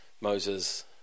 Moses